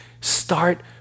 Start